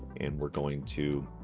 and we're going to